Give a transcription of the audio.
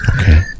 Okay